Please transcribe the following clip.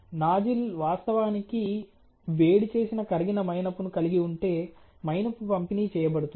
nozzle వాస్తవానికి వేడిచేసిన కరిగిన మైనపును కలిగి ఉంటే మైనపు పంపిణీ చేయబడుతుంది